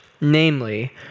Namely